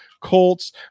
Colts